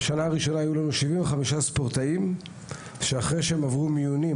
בשנה הראשונה היו 75 ספורטאים שעברו מיונים